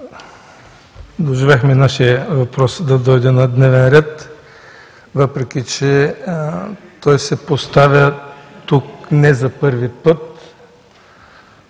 Доживяхме нашият въпрос да дойде на дневен ред, въпреки че той се поставя тук не за първи път.